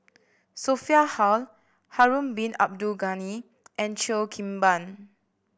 Sophia Hull Harun Bin Abdul Ghani and Cheo Kim Ban